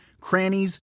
crannies